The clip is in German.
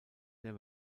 der